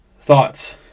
Thoughts